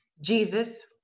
Jesus